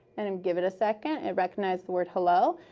and and give it a second. it recognizes the word hello.